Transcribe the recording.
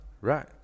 Right